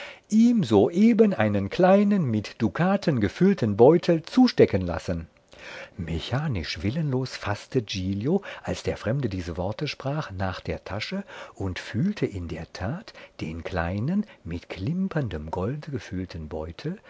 ihm soeben einen kleinen mit dukaten gefüllten beutel zustecken lassen mechanisch willenlos faßte giglio als der fremde diese worte sprach nach der tasche und fühlte in der tat den kleinen mit klimperndem golde gefüllten beutel